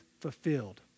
fulfilled